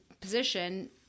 position